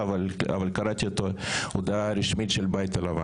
גם הקודם וגם הנוכחי - מדברים על בעיה חמורה של שירותי בריאות באילת.